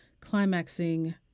climaxing